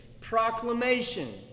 proclamation